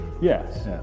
Yes